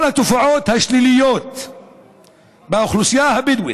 כל התופעות השליליות באוכלוסייה הבדואית,